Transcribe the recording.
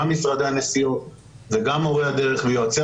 גם משרדי הנסיעות וגם מורי הדרך ויועצי